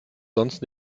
sonst